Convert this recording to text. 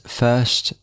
first